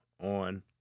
on